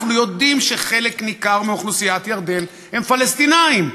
הרי אנחנו יודעים שחלק ניכר מאוכלוסיית ירדן הם פלסטינים,